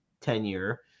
tenure